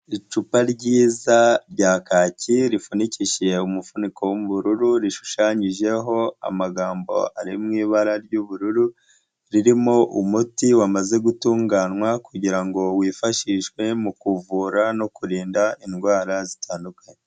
icupa ryiza rya kaki, ripfunikishije umuvufuniko w'ubururu, rishushanyijeho amagambo ari mu ibara ry'ubururu, ririmo umuti wamaze gutunganywa kugira ngo wifashishwe mu kuvura no kurinda indwara zitandukanye.